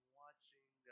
watching